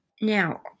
Now